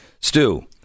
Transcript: Stu